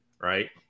Right